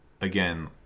again